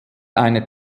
eine